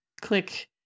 click